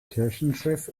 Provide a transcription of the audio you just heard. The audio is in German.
kirchenschiff